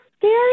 Scary